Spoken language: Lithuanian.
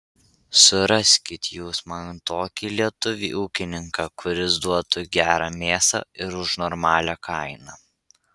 suraskit jūs man tokį lietuvį ūkininką kuris duotų gerą mėsą ir už normalią kainą